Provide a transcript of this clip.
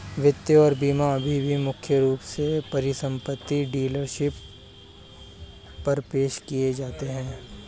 वित्त और बीमा अभी भी मुख्य रूप से परिसंपत्ति डीलरशिप पर पेश किए जाते हैं